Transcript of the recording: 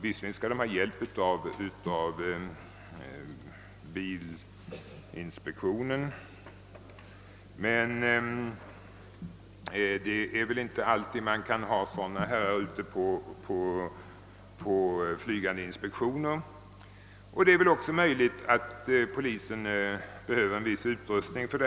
Visserligen skall de få hjälp av bilinspektionen, men man kan väl inte alltid ha sådana herrar ute på flygande inspektioner, och det är också möjligt att polisen behöver en viss utrustning.